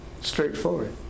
Straightforward